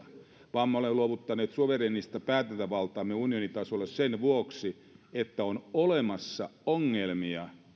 vaan me olemme luovuttaneet suvereenista päätäntävaltaamme unionin tasolle sen vuoksi että on olemassa ongelmia